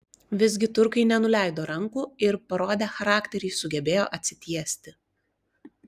visgi turkai nenuleido rankų ir parodę charakterį sugebėjo atsitiesti